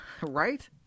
Right